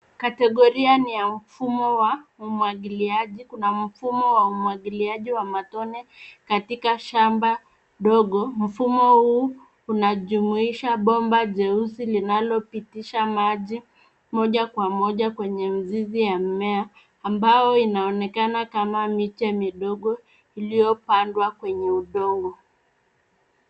Kategoria ni ya mfumo wa umwagiliaji. Kuna mfumo wa umwagiliaji wa matone katika shamba ndogo. Mfumo huu unajumuisha bomba jeusi linalopitisha maji moja kwa moja kwenye mizizi ya mimea ambao inaonekana kama miche midogo iliyopandwa kwenye udongo.